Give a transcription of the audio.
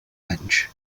anys